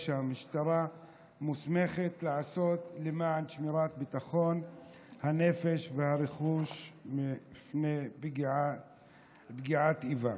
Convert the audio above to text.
שהמשטרה מוסמכת לעשות למען שמירת ביטחון הנפש והרכוש ומפני פגיעת איבה.